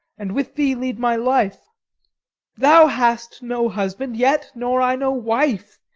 and with thee lead my life thou hast no husband yet, nor i no wife.